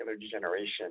degeneration